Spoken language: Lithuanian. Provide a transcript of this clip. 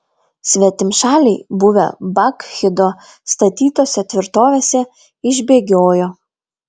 svetimšaliai buvę bakchido statytose tvirtovėse išbėgiojo